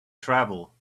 travel